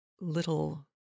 little